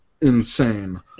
insane